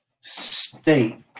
State